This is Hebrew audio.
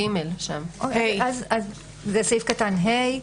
זה סעיף קטן (ה).